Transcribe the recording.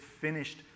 finished